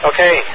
Okay